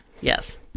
Yes